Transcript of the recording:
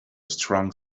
strong